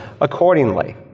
accordingly